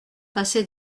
passer